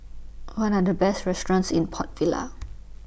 What Are The Best restaurants in Port Vila